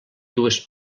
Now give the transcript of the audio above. dues